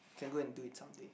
can go and do it some day